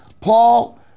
Paul